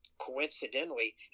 coincidentally